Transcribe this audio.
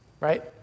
right